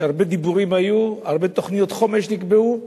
שהרבה דיבורים היו, הרבה תוכניות חומש נקבעו,